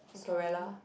Sollera